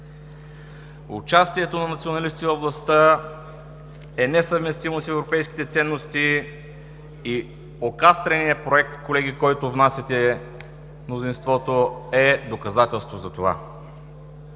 Участието на националистите във властта е несъвместимо с европейските ценности и окастреният проект, колеги, който внасяте – мнозинството, е доказателство за това.